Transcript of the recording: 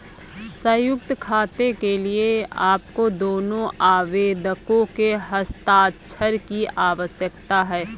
संयुक्त खाते के लिए आपको दोनों आवेदकों के हस्ताक्षर की आवश्यकता है